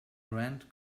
rent